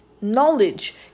knowledge